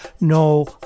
no